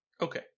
Okay